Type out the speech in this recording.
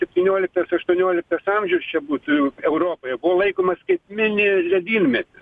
septynioliktas aštuonioliktas amžius čia būtų europoje buvo laikomas mini ledynmetis